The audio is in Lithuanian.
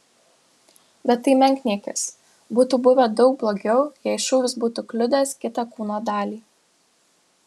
bet tai menkniekis būtų buvę daug blogiau jei šūvis būtų kliudęs kitą kūno dalį